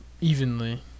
evenly